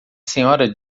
sra